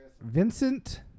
Vincent